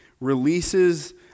releases